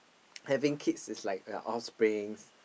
having kids is like a off springs